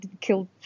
killed